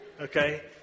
okay